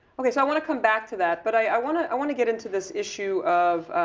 okay, so i wanna come back to that, but i wanna i wanna get into this issue of,